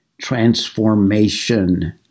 transformation